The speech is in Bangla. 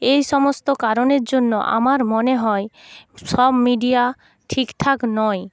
এই সমস্ত কারণের জন্য আমার মনে হয় সব মিডিয়া ঠিকঠাক নয়